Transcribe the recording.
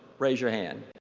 raise your hand.